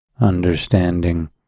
understanding